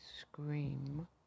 scream